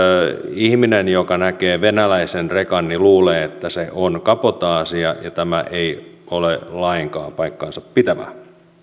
ihminen joka näkee venäläisen rekan luulee että se on kabotaasia ja tämä ei ole lainkaan paikkansa pitävää